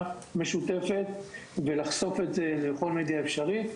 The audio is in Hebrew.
משותפת ולחשוף זאת בכל מדיה אפשרית.